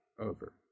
over